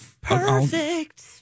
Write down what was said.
Perfect